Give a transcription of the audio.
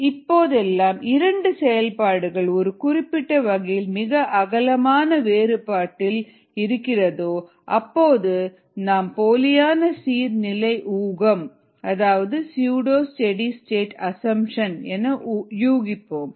எனவே எப்போதெல்லாம் 2 செயல்பாடுகள் ஒரு குறிப்பிட்ட வகையில் மிக அகலமான வேறுபாட்டில் இருக்கிறதோ அப்பொழுது நாம் போலியான சீர் நிலை ஊகம் உபயோகிப்போம்